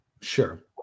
sure